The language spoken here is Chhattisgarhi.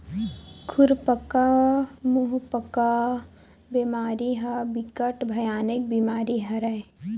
खुरपका मुंहपका बेमारी ह बिकट भयानक बेमारी हरय